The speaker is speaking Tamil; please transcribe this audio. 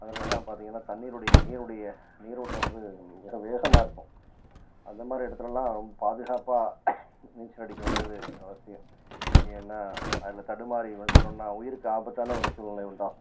அதிலலாம் பார்த்தீங்கன்னா தண்ணீருடைய நீருடைய நீரோட்டம் வந்து மிக வேகமாக இருக்கும் அந்த மாதிரி இடத்துலெல்லாம் பாதுகாப்பாக நீச்சல் அடிக்க வேண்டியது அவசியம் ஏன்னா அதில் தடுமாறி விழுந்துட்டோம்னா உயிருக்கு ஆபத்தான ஒரு சூழ்நிலை உண்டாகும்